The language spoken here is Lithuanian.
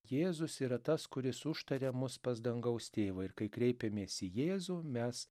jėzus yra tas kuris užtaria mus pas dangaus tėvą ir kai kreipiamės į jėzų mes